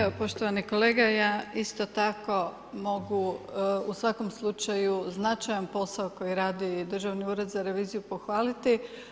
Evo poštovani kolega, ja isto tako mogu u svakom slučaju značajan posao koji radi Državni ured za reviziju pohvaliti.